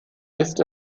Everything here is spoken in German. ist